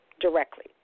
directly